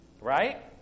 right